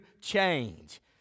change